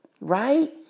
right